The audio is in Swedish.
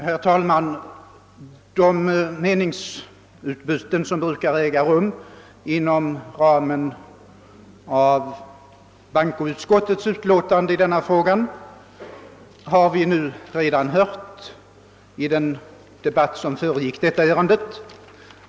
Herr talman! De meningsutbyten som brukar äga rum inom ramen av bankoutskottets utlåtande i denna fråga har vi nu redan hört i den debatt som föregick detta ärende.